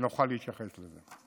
ונוכל להתייחס לזה.